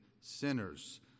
sinners